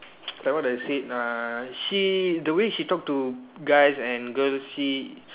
like what I said uh she the way she talk to guys and girls she